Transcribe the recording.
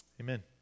Amen